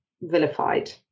vilified